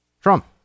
Trump